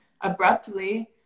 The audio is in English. abruptly